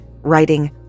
writing